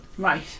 Right